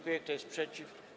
Kto jest przeciw?